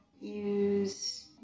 use